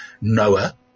Noah